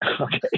okay